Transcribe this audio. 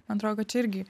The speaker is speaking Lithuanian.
man atrodo kad čia irgi